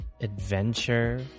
adventure